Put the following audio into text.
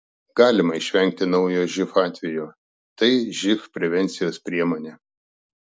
galima išvengti naujo živ atvejo tai živ prevencijos priemonė